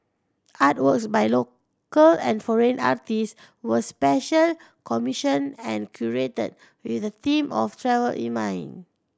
artworks by local and foreign artist was special commissioned and curated with the theme of travel in mind